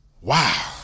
Wow